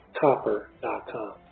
copper.com